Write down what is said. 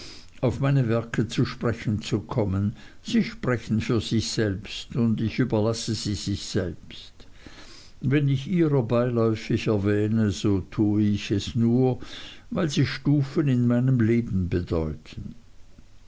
auf meine werke zu sprechen zu kommen sie sprechen für sich selbst und ich überlasse sie sich selbst wenn ich ihrer beiläufig erwähne so tue ich es nur weil sie stufen in meinem leben bedeuten